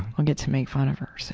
i'll get to make fun of her. so